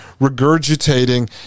regurgitating